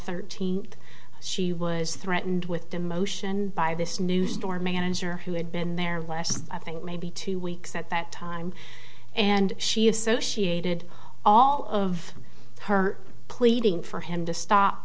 thirteenth she was threatened with demotion by this new store manager who had been there last i think maybe two weeks at that time and she associated all of her pleading for him to stop